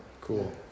cool